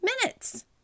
minutes